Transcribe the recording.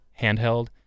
handheld